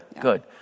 good